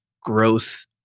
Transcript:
growth